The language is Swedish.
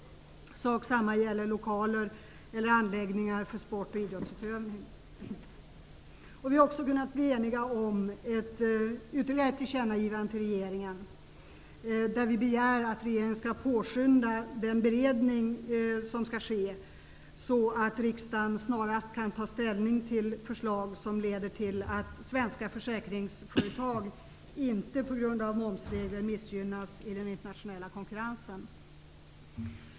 Sak samma gäller lokaler eller anläggningar för sport och idrottsutövning. Vidare har vi kunnat bli eniga om ytterligare ett tillkännagivande till regeringen. Där begär vi att regeringen skall påskynda den beredning som skall ske, så att riksdagen snarast kan ta ställning till förslag som leder till att svenska försäkringsföretag inte missgynnas i den internationella konkurrensen på grund av momsregler.